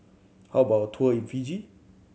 how about a tour in Fiji